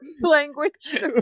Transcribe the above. language